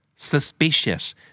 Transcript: Suspicious